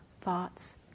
thoughts